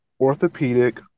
orthopedic